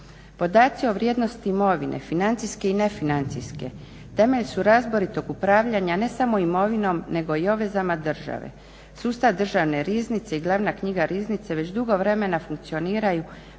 Podaci o vrijednosti imovine, financijske i nefinancijske, temelj su razboritog upravljanja ne samo imovinom nego i obvezama države. Sustav Državne riznice i glavna knjiga riznice već dugo vremena funkcioniraju